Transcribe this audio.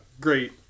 great